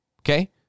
okay